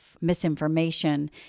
misinformation